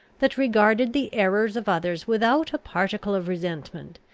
that regarded the errors of others without a particle of resentment,